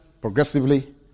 progressively